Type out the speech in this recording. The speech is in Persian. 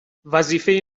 وظیفه